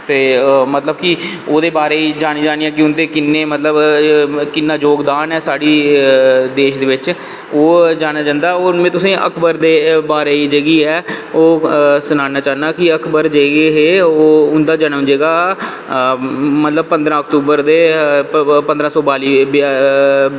ते उंदे बारे च जानी जानियै कि उंदे किन्ने मतलव किन्ना जोगदान ऐ साढ़े देश तदे बिच्च ओह् जानेआ जंदा और में अकबर दे बारे च तुसेंगी जेह्की ऐ सनाना चाह्ना कि अकबर जेह्के हे उंदैा जन्म जेह्का पंदरां अकतूबर ते पंदरां सौ पताली